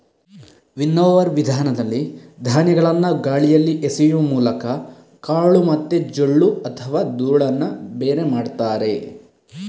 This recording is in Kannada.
ವಿನ್ನೋವರ್ ವಿಧಾನದಲ್ಲಿ ಧಾನ್ಯಗಳನ್ನ ಗಾಳಿಯಲ್ಲಿ ಎಸೆಯುವ ಮೂಲಕ ಕಾಳು ಮತ್ತೆ ಜೊಳ್ಳು ಅಥವಾ ಧೂಳನ್ನ ಬೇರೆ ಮಾಡ್ತಾರೆ